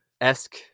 esque